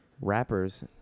rappers